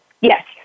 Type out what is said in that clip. Yes